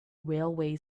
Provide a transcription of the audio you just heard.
railway